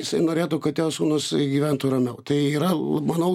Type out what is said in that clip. jisai norėtų kad jo sūnus gyventų ramiau tai yra manau